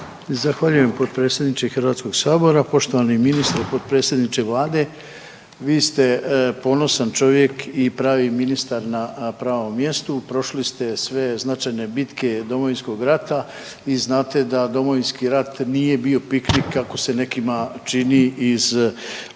Zahvaljujem, potpredsjedniče Hrvatskog sabora. Poštovani ministre i potpredsjedniče Vlade. Vi ste ponosan čovjek i pravi ministar na pravom mjestu, prošli ste sve značajne bitke Domovinskog rata i znate da Domovinski rat nije bio piknik kako se nekima čini iz ove